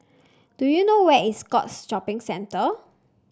do you know where is Scotts Shopping Centre